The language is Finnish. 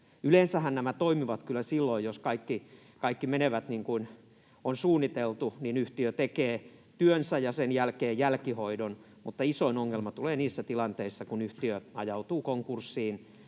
Yleensähän nämä toimivat kyllä silloin, jos kaikki menee niin kuin on suunniteltu ja yhtiö tekee työnsä ja sen jälkeen jälkihoidon, mutta isoin ongelma tulee niissä tilanteissa, kun yhtiön suomalainen